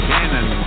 Cannon